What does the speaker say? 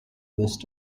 west